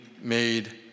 made